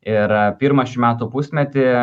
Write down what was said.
ir pirmą šių metų pusmetį